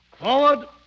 Forward